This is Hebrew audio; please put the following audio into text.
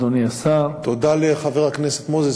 תודה לחבר הכנסת מוזס.